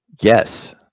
Yes